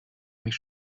mich